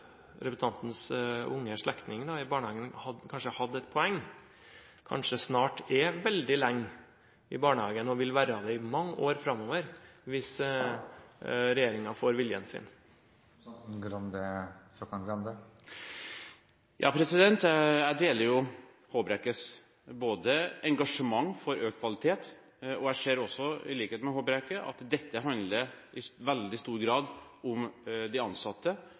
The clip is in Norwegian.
kanskje et poeng? Kanskje «snart» er veldig lenge i barnehagen og vil være det i mange år framover, hvis regjeringen får viljen sin? Jeg deler Håbrekkes engasjement for økt kvalitet, og jeg ser også – i likhet med Håbrekke – at dette i veldig stor grad handler om de ansatte,